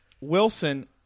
Wilson